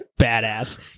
badass